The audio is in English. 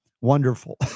Wonderful